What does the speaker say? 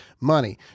money